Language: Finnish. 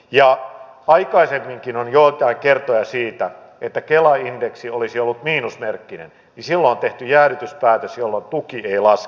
kun aikaisemminkin on ollut joitain kertoja että kela indeksi olisi ollut miinusmerkkinen niin silloin on tehty jäädytyspäätös jolloin tuki ei laske